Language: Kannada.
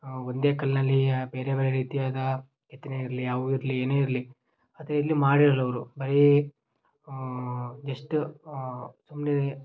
ಒಂದೇ ಕಲ್ಲಿನಲ್ಲಿ ಬೇರೆ ಬೇರೆ ರೀತಿಯಾದ ಕೆತ್ತನೆ ಇರಲಿ ಅವು ಇರಲಿ ಏನೇ ಇರಲಿ ಆ ಥರ ಎಲ್ಲೂ ಮಾಡಿರೋಲ್ಲ ಅವರು ಬರೀ ಜಸ್ಟ್ ಸುಮ್ಮನೇ